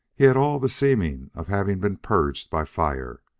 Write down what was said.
he had all the seeming of having been purged by fire.